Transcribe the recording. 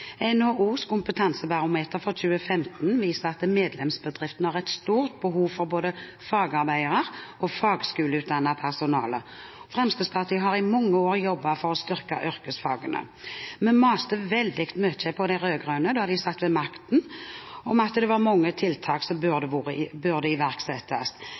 NHOs kompetansebarometer for 2015 viser at medlemsbedriftene har et stort behov for både fagarbeidere og fagskoleutdannet personale. Fremskrittspartiet har i mange år jobbet for å styrke yrkesfagene. Vi maste veldig mye på de rød-grønne da de satt ved makten om at det var mange tiltak som burde iverksettes. Et konkret eksempel er forslagene som Fremskrittspartiet fremmet i